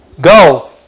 Go